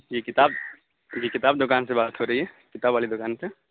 جی کتاب جی کتاب دکان سے بات ہو رہی ہے کتاب والی دکان سے